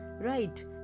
right